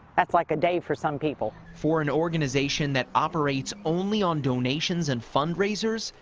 that's like a day for some people. for and organization that operates only on donations and fundraisers,